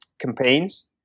campaigns